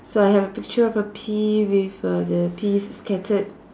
so I have a picture of a pea with uh the peas scattered